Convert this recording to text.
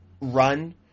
run